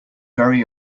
very